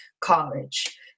college